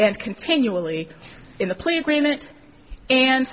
and continually in the plea agreement and